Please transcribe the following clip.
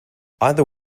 either